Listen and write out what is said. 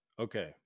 Okay